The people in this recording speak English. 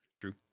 true